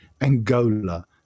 Angola